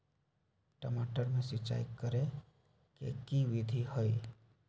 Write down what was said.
टमाटर में सिचाई करे के की विधि हई?